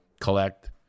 collect